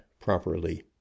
properly